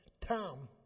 Tom